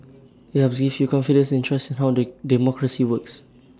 IT helps gives you confidence and trust how the democracy works